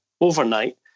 overnight